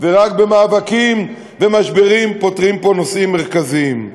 ורק במאבקים ומשברים פותרים פה נושאים מרכזיים.